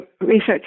research